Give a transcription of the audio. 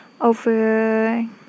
over